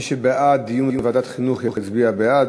מי שבעד דיון בוועדת החינוך יצביע בעד,